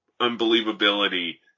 unbelievability